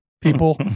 people